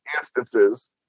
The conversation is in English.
instances